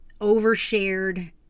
overshared